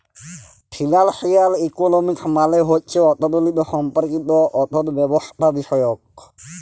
financial economics মালে হছে অথ্থলিতি সম্পর্কিত অথ্থব্যবস্থাবিষয়ক